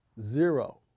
zero